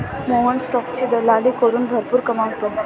मोहन स्टॉकची दलाली करून भरपूर कमावतो